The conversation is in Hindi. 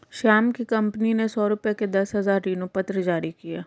श्याम की कंपनी ने सौ रुपये के दस हजार ऋणपत्र जारी किए